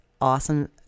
awesome